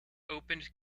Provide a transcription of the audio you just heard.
opened